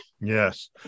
Yes